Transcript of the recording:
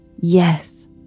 Yes